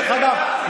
דרך אגב,